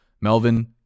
Melvin